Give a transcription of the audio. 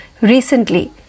recently